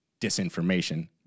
disinformation